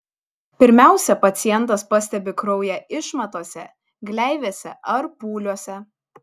pirmiausia pacientas pastebi kraują išmatose gleivėse ar pūliuose